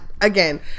again